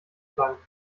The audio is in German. banken